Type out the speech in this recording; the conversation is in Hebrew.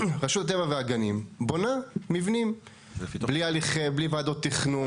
רשות הטבע והגנים בונה מבנים בלי ועדות תכנון,